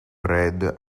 read